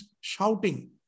shouting